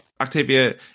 Octavia